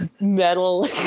metal